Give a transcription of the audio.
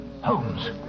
Holmes